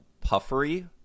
Puffery